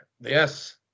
Yes